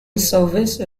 service